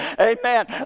Amen